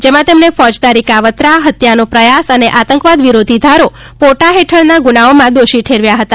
જેમાં તેમને ફોજદારી કાવતરા હત્યાનો પ્રયાસ અને આતંકવાદ વિરોધી ધારોપોટા હેઠળના ગુનાઓમાં દોષી ઠેરવ્યા હતા